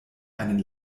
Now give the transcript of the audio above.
einen